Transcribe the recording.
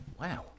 wow